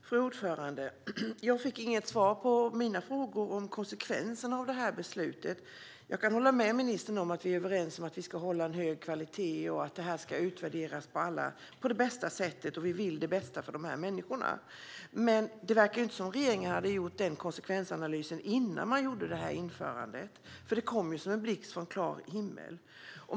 Fru talman! Jag fick inget svar på mina frågor om konsekvenserna av det här beslutet. Jag kan hålla med ministern om att man ska hålla hög kvalitet, att detta ska utvärderas på bästa sätt och att vi vill det bästa för dessa människor. Men det verkar ju inte som att regeringen gjorde någon konsekvensanalys före införandet. Det kom ju som en blixt från klar himmel.